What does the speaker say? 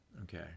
Okay